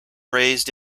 raised